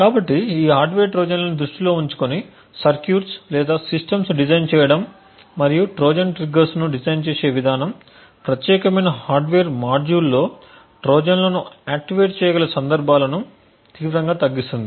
కాబట్టి ఈ హార్డ్వేర్ ట్రోజన్లను దృష్టిలో ఉంచుకుని సర్క్యూట్స్ లేదా సిస్టమ్స్ డిజైన్ చేయటం మరియు ట్రోజన్ ట్రిగ్గర్స్ను డిజైన్ చేసే విధానం ప్రత్యేకమైన హార్డ్వేర్ మాడ్యూల్లో ట్రోజన్లను ఆక్టివేట్ చేయగల సందర్భాలను తీవ్రంగా తగ్గిస్తుంది